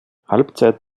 halbzeit